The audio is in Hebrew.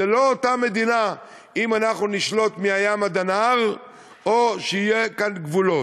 זו לא אותה מדינה אם אנחנו נשלוט מהים עד הנהר או שיהיו כאן גבולות.